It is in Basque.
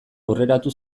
aurreratu